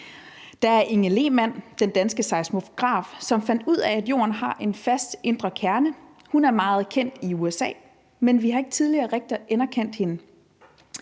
Der er Inge Lehmann, den danske seismolog, som fandt ud af, at jorden har en fast indre kerne. Hun er meget kendt i USA, men vi har ikke tidligere rigtig anerkendt hende